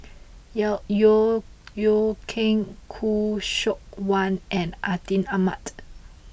Yeo Yeow Kwang Khoo Seok Wan and Atin Amat